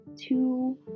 two